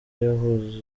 yahunze